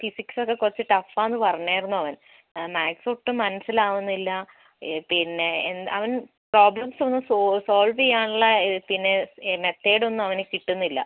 physics ഒക്കെ കുറച്ച് tough ആണെന്ന് പറഞ്ഞായിരുന്നു അവൻ മാത്സ് ഒട്ടും മനസിലാവുന്നില്ല പിന്നെ എന്താണ് അവൻ പ്രോബ്ലംസ് ഒന്നും സോ സോൾവ് ചെയ്യാനുള്ള പിന്നെ മെത്തേട് ഒന്നും അവന് കിട്ടുന്നില്ല